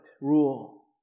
rule